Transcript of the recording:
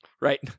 right